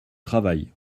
travail